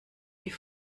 die